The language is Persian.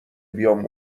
بیام